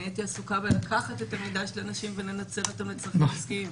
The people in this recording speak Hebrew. אני הייתי עסוקה בלקחת את המידע של אנשים ולנצל אותו לצרכים עסקיים,